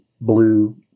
blue